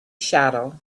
shadow